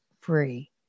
free